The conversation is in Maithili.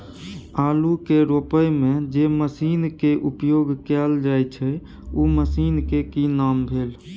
आलू के रोपय में जे मसीन के उपयोग कैल जाय छै उ मसीन के की नाम भेल?